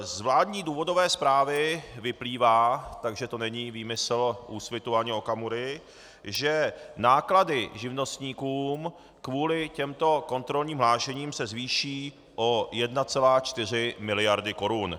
Z vládní důvodové zprávy vyplývá, takže to není výmysl Úsvitu ani Okamury, že náklady živnostníkům kvůli těmto kontrolním hlášením se zvýší o 1,4 mld. korun.